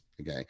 okay